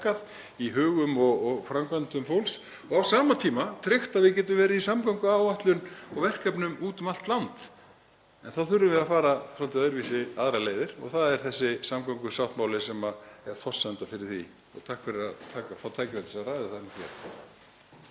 í hugum og framkvæmdum fólks, og á sama tíma tryggt að við getum verið í samgönguáætlun og verkefnum úti um allt land. Þá þurfum við að fara svolítið aðrar leiðir og það er þessi samgöngusáttmáli sem er forsenda fyrir því. Og takk fyrir að fá tækifæri til að ræða það hér.